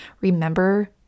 remember